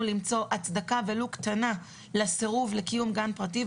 למצוא הצדקה ולו קטנה לסירוב לקיום גן פרטי.